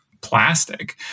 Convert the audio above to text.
plastic